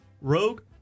Rogue